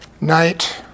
night